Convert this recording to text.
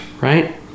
right